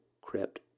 crept